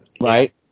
Right